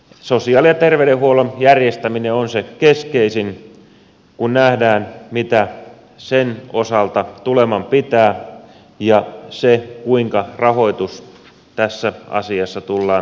sosiaali ja terveydenhuollon järjestäminen on se keskeisin kun nähdään mitä sen osalta tuleman pitää ja se kuinka rahoitus tässä asiassa tullaan tekemään